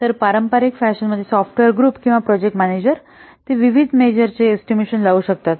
तर पारंपारिक फॅशनमध्ये सॉफ्टवेअर ग्रुप किंवा प्रोजेक्ट मॅनेजर ते विविधमेजरचे एस्टिमेशन लावू शकतात